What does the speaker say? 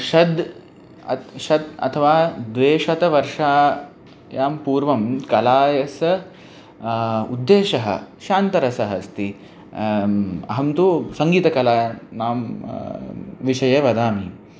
षड् अत् षड् अथवा द्विशतवर्षायां पूर्वं कलायाः उद्देशः शान्तरसः अस्ति अहं तु सङ्गीतकलानां विषये वदामि